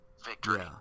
victory